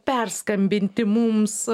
perskambinti mums